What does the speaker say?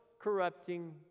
corrupting